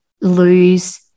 lose